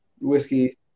whiskey